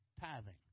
tithing